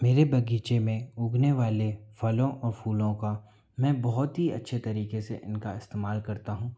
मेरे बगीचे में उगने वाले फलों और फूलों का मैं बहुत ही अच्छे तरीके से इनका इस्तेमाल करता हूँ